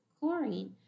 Chlorine